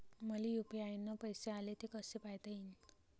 मले यू.पी.आय न पैसे आले, ते कसे पायता येईन?